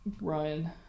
ryan